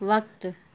وقت